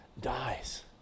dies